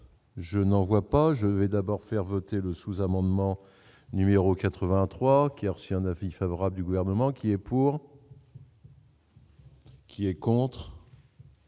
je n'en vois pas je vais d'abord faire voter le sous-amendement numéro 83 qui a reçu un avis favorable du gouvernement qui est pour. Qui est contre.